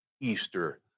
Easter